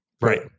right